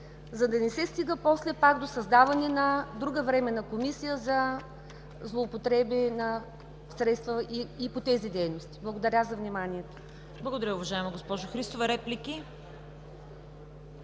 за да не се стига после пак до създаване на друга временна комисия за злоупотреби на средства и по тези дейности? Благодаря за вниманието. ПРЕДСЕДАТЕЛ ЦВЕТА КАРАЯНЧЕВА: Благодаря, уважаема госпожо Христова. Реплики?